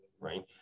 right